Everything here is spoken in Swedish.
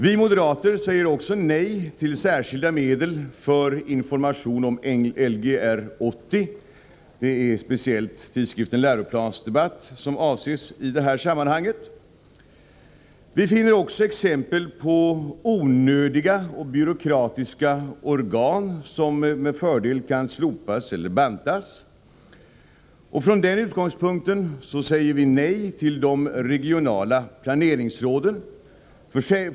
Vi moderater säger också nej till särskilda medel för information om Lgr 80; det är speciellt tidskriften Läroplansdebatt som avses i sammanhanget. Vi finner också exempel på onödiga och byråkratiska organ, som med fördel kan slopas eller bantas. Från den utgångspunkten säger vi nej till de regionala planeringsråden.